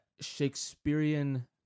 Shakespearean